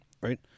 Right